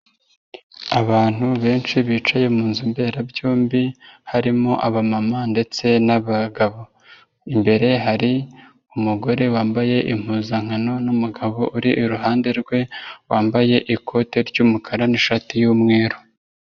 Abantu benshi bicaye mu nzu mberabyombi, harimo abamama ndetse n'abagabo. Imbere hari umugore wambaye impuzankano n'umugabo uri iruhande rwe, wambaye ikote ry'umukara n'ishati y'umweru.